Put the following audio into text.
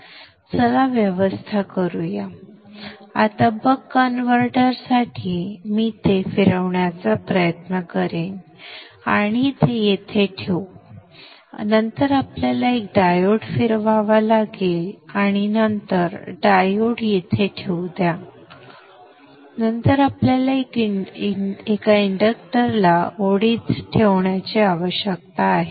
चला व्यवस्था करूया आता बक कन्व्हर्टरसाठी मी ते फिरवण्याचा प्रयत्न करेन आणि नंतर ते येथे ठेवू आणि नंतर आपल्याला एक डायोड फिरवावा लागेल आणि नंतर डायोड येथे ठेवू द्या नंतर आपल्याला एका इंडक्टरला ओळीत ठेवण्याची आवश्यकता आहे